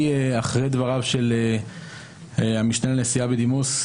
אחרי דבריו של המשנה לנשיאה בדימוס,